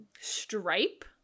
Stripe